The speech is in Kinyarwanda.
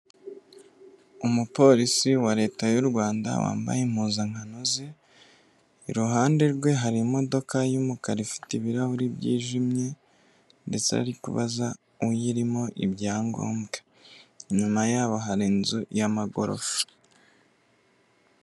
Umupolisi wa leta y'u Rwanda wambaye impuzankano ze, iruhande rwe hari imodoka y'umukara ifite ibirahuri byijimye ndetse ari kubaza uyirimo ibyangombwa, inyuma yayo hari inzu y'amagorofa.